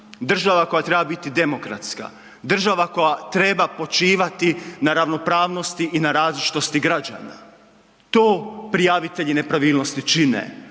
država koja treba biti demokratska, država koja treba počivati na ravnopravnosti i na različitosti građana. To prijavitelji nepravilnosti čine.